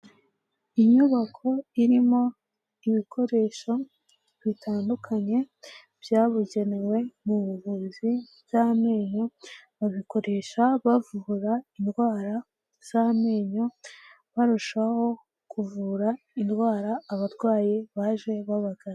Inyubako irimo ibikoresho bitandukanye byabugenewe mu buvunzi bw'amenyo, babikoresha bavura indwara z'amenyo, barushaho kuvura indwara abarwayi baje babagana.